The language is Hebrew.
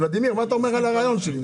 ולדימיר, מה אתה אומר על הרעיון שלי?